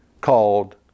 called